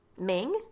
Ming